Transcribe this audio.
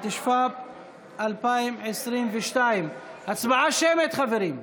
התשפ"ב 2022. הצבעה שמית, חברים.